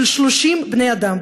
של 30 בני אדם,